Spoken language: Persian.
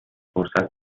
فرصت